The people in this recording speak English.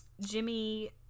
Jimmy